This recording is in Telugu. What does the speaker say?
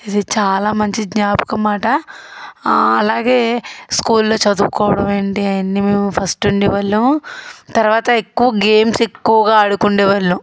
ఇది చాలా మంచి జ్ఞాపకంమాట అలాగే స్కూల్లో చదువుకోవడం ఏంటి అన్నీ మేము ఫస్ట్ ఉండేవాళ్ళం తర్వాత ఎక్కువ గేమ్స్ ఎక్కువగా ఆడుకుండేవాళ్ళం